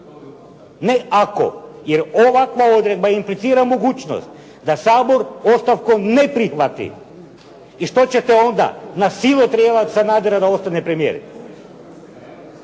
Ne ako, jer ovakva odredba implicira mogućnost da Sabor ostavku ne prihvati. I što ćete onda, na silu tjerat Sanadera da ostane premijer?